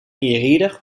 reader